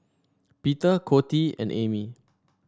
Peter Coty and Amy